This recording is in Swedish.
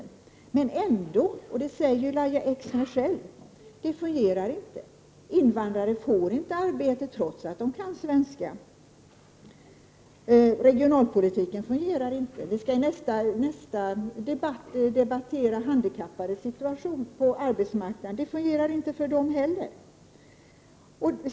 Ändå fungerar det inte — det säger ju Lahja Exner själv. Invandrare får inte arbete, trots att de kan svenska. Regionalpolitiken fungerar inte. I nästa debatt skall vi diskutera handikappades situation på arbetsmarknaden. Det fungerar inte för dem heller.